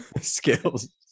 Skills